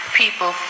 people